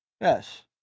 Yes